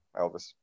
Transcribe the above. Elvis